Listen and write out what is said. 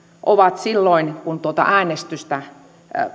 ovat silloin kun tuota äänestystä